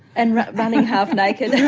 and running half naked.